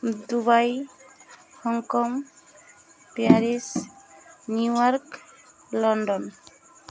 Dubai Hong Kong Paris New York London